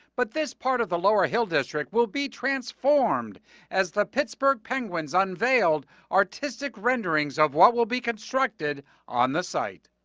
but this part of the lower hill district will be transformed as the pittsburgh penguins unveiled artistic renderings of what would be constructed on the site.